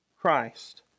Christ